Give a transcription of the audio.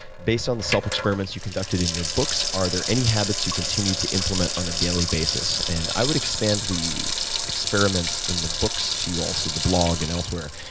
based on the self experiments you conducted in your books, are there any habits you continue to implement on a daily basis? and i would expand the experiments in the books to also the blog and elsewhere.